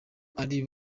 ari